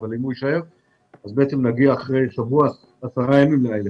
נגיע אחרי שבוע-10 ימים ל-1,000.